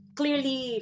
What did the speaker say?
clearly